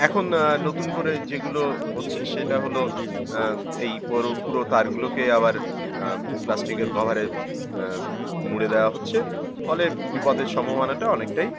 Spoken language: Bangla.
এখন নতুন করে যেগুলো হচ্ছে সেটা হলো এই পুরো তারগুলোকে আবার প্লাস্টিকের কভারে মুড়ে দেওয়া হচ্ছে ফলে বিপদের সম্ভাবনাটা অনেকটাই